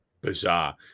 bizarre